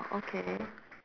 okay